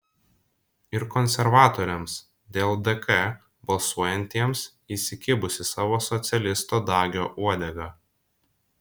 ir konservatoriams dėl dk balsuojantiems įsikibus į savo socialisto dagio uodegą